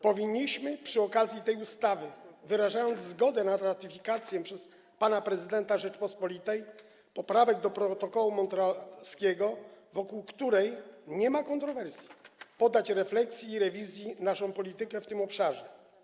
Przy okazji tej ustawy, wyrażając zgodę na ratyfikację przez pana prezydenta Rzeczypospolitej poprawek do protokołu montrealskiego, wokół których nie ma kontrowersji, powinniśmy poddać refleksji i rewizji naszą politykę w tym obszarze.